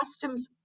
Customs